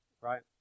Right